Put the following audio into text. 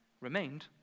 remained